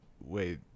wait